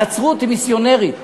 הנצרות היא מיסיונרית,